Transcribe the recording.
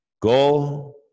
Go